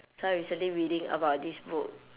so I recently reading about this book